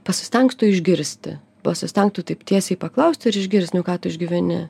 pasistengtų išgirsti pasistengtų taip tiesiai paklausti ir išgirst nu ką tu išgyveni